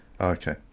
Okay